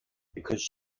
because